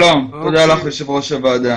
שלום, תודה לך, יושבת ראש הוועדה.